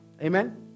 Amen